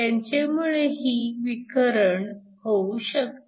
त्यांचेमुळेही विकरण होऊ शकते